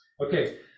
Okay